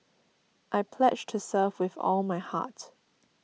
I pledge to serve with all my heart